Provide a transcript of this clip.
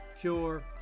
cure